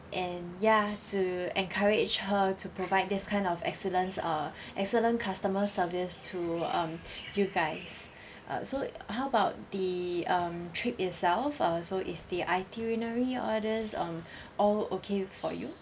and ya to encourage her to provide this kind of excellence uh excellent customer service to um you guys uh so how about the um trip itself uh so is the itinerary orders um all okay for you